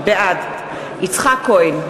בעד יצחק כהן,